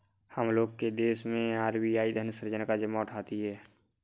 हम लोग के देश मैं आर.बी.आई धन सृजन का जिम्मा उठाती है